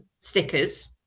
stickers